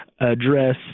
address